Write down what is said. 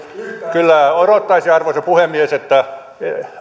kyllä odottaisin arvoisa puhemies että